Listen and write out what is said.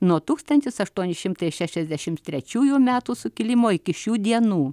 nuo tūkstantis aštuoni šimtai šešiasdešim trečiųjų metų sukilimo iki šių dienų